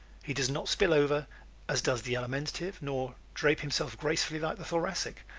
he does not spill over as does the alimentive nor drape himself gracefully like the thoracic,